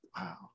Wow